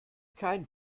kein